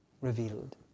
revealed